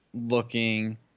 looking